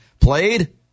played